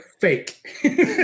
fake